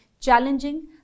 challenging